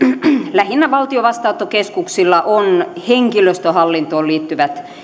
lähinnä valtion vastaanottokeskuksilla on henkilöstöhallintoon liittyvät